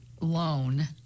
loan